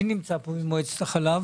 מועצת החלב